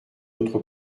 notre